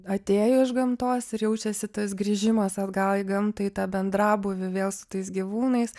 atėjo iš gamtos ir jaučiasi tas grįžimas atgal į gamtą į tą bendrabūvį vėl su tais gyvūnais